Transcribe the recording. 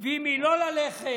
ועם מי לא ללכת,